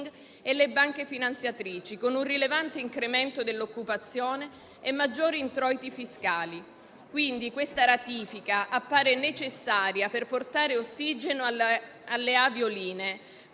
e le banche finanziatrici, con un rilevante incremento dell'occupazione e maggiori introiti fiscali. La ratifica in esame appare dunque necessaria per portare ossigeno alle aviolinee